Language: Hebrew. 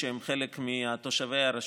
שהם חלק מתושבי הרשות.